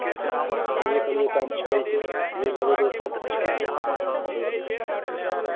हँ कनिए कनिए टामे फड़ै छै जे लगेबै सभ हँ सभ हेतै